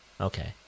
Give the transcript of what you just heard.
Okay